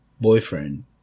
boyfriend